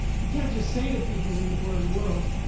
you can't just say to people in the modern world,